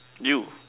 you